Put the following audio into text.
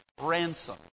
ransom